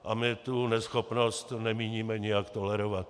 A my tu neschopnost nemíníme nijak tolerovat.